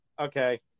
Okay